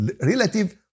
relative